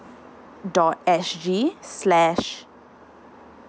dot S_G slash